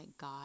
God